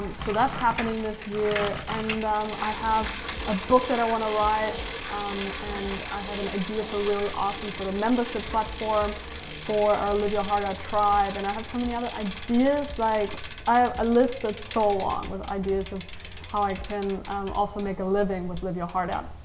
so that's happening this year. and i have a book that i wanna write um and i have an idea for a really awesome sort of membership platform for our live your heart out tribe. and i have so many other ideas. like i have a list that's so long of how i can also make a living with live your heart out.